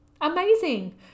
Amazing